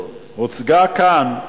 שהוצגה כאן,